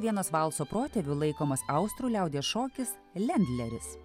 vienos valso protėviu laikomas austrų liaudies šokis lendleris